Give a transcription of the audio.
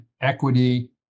equity